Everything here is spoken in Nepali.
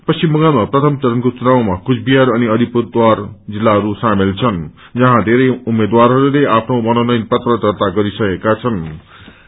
पश्चिम बंगालमा प्रथम चरणको चुनावमा कूचविहार अनि अलिपुरद्वार जिल्लाहरू सामेल छन् जहाँ धेरै उम्मेद्वारहरूले आफ्नो मनोनयन पत्र दार्ता गरिसकेका छन